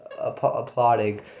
applauding